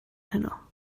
heno